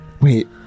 Wait